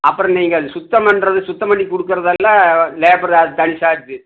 அப்புறம் நீங்கள் அது சுத்தம் பண்ணுறது சுத்தம் பண்ணி கொடுக்கறதெல்லாம் லேபரு அது தனி சார்ஜி